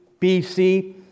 BC